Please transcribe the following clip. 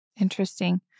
Interesting